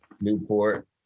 Newport